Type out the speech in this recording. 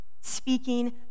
speaking